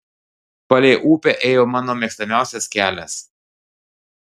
palei upę ėjo mano mėgstamiausias kelias